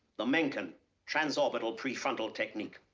the menken transorbital prefrontal technique.